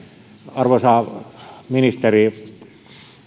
arvoisa ministeri